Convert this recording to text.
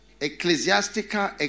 ecclesiastical